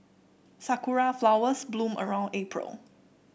sakura flowers bloom around April